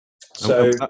So-